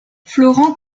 florent